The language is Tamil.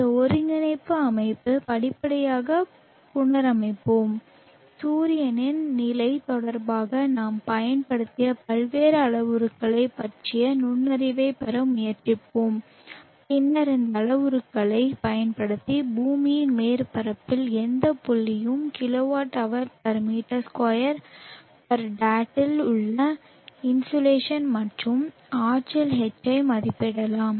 இந்த ஒருங்கிணைப்பு அமைப்பை படிப்படியாக புனரமைப்போம் சூரியனின் நிலை தொடர்பாக நாம் பயன்படுத்திய பல்வேறு அளவுருக்களைப் பற்றிய நுண்ணறிவைப் பெற முயற்சிப்போம் பின்னர் இந்த அளவுருக்களைப் பயன்படுத்தி பூமியின் மேற்பரப்பில் எந்த புள்ளியும் kWh m2 dat இல் உள்ள இன்சோலேஷன் மற்றும் ஆற்றல் H ஐ மதிப்பிடலாம்